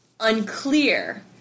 Unclear